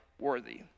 worthy